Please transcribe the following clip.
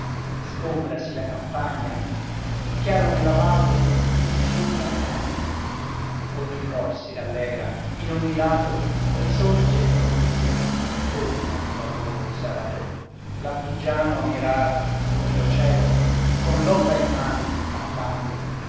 montagna sgombrasi la campagna e chiaro nella valle il fiume appare ogni cor si rallegra in ogni lato risorge il romorio torna il lavoro usato l'artigiano a mirar l'umido cielo con l'opra in man cantando